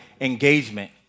engagement